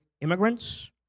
immigrants